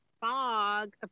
fog